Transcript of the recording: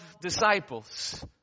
disciples